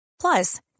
Plus